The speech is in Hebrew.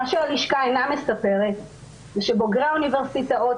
מה שהלשכה אינה מספרת זה שבוגרי האוניברסיטאות